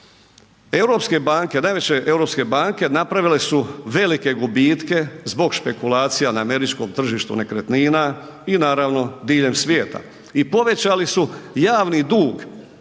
europske banke napravile su velike gubitke zbog špekulacija na američkom tržištu nekretnina i naravno diljem svijeta i povećali su javni dug